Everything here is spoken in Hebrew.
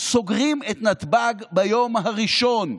סוגרים את נתב"ג ביום הראשון.